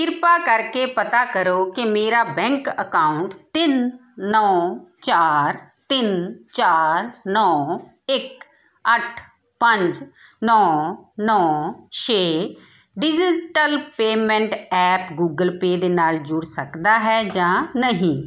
ਕਿਰਪਾ ਕਰਕੇ ਪਤਾ ਕਰੋ ਕਿ ਮੇਰਾ ਬੈਂਕ ਅਕਾਊਂਟ ਤਿੰਨ ਨੌ ਚਾਰ ਤਿੰਨ ਚਾਰ ਨੌ ਇੱਕ ਅੱਠ ਪੰਜ ਨੌ ਨੌ ਛੇ digital payment app Google Pay ਦੇ ਨਾਲ ਜੁੜ ਸਕਦਾ ਹੈ ਜਾਂ ਨਹੀਂ